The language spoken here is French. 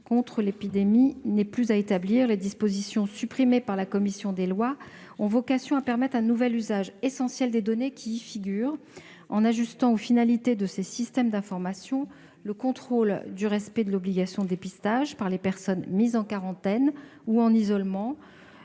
contexte n'est plus à établir. Les dispositions supprimées par la commission des lois ont vocation à permettre un nouvel usage, essentiel, des données qui y figurent, en ajoutant aux finalités des systèmes d'information destinés à la lutte contre la covid-19 le contrôle du respect de l'obligation de dépistage par les personnes mises en quarantaine ou en isolement